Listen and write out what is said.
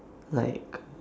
like